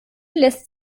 lässt